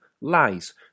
lies